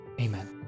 Amen